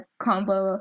combo